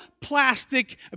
plastic